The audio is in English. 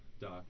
doc